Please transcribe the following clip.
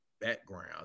background